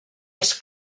els